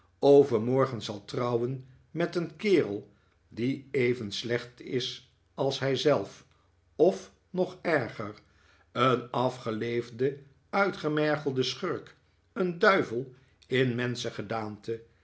overmorgen zal trouwen met een kerel die even slecht is als hij zelf of nog erger een afgeleefde uitgemergelde schurk een duivel in